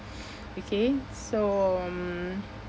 okay so um